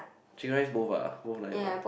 chicken rice both ah both nice ah